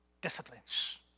disciplines